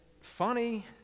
funny